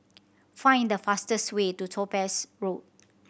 find the fastest way to Topaz Road